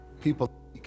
people